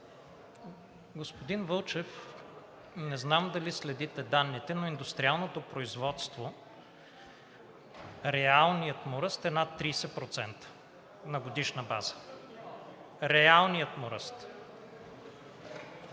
Господин Вълчев, не знам дали следите данните на индустриалното производство, реалният му ръст е над 30% на годишна база. Реалният му ръст!